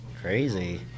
crazy